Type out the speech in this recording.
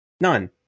None